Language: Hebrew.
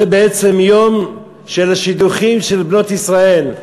זה בעצם היום של השידוכים של בנות ישראל.